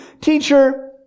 Teacher